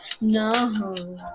No